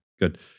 Good